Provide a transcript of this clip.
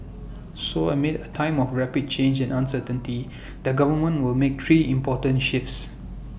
so amid A time of rapid change and uncertainty the government will make three important shifts